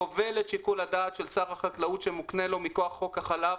כובל את שיקול הדעת של שר החקלאות שמוקנה לו מכוח חוק החלב,